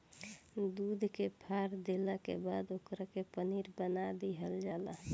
दूध के फार देला के बाद ओकरे पनीर बना दीहल जला